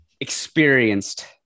experienced